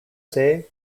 jose